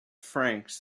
franks